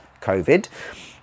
COVID